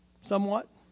somewhat